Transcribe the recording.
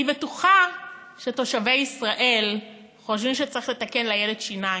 אני בטוחה שתושבי ישראל חושבים שצריך לתקן לילד שיניים,